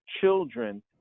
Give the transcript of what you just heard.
children